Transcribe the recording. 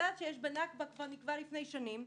הצעד שיש בנכבה כבר נקבע לפני שנים.